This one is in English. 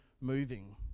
moving